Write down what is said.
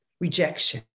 rejection